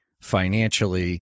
financially